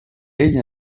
ell